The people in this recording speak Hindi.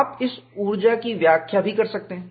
आप इस ऊर्जा की व्याख्या भी कर सकते हैं